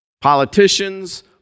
Politicians